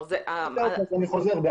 אז אני חוזר בי.